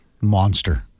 monster